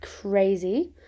crazy